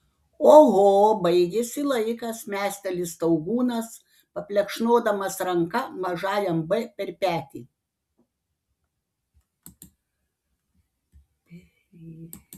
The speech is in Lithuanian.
oho baigėsi laikas mesteli staugūnas paplekšnodamas ranka mažajam b per petį